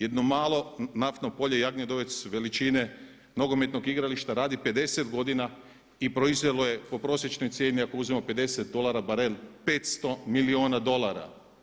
Jedno malo naftno polje … [[Ne razumije se.]] veličine nogometnog igrališta radi 50 godina i proizvelo je po prosječnoj cijeni ako uzmemo 50 dolara barel 500 milijuna dolara.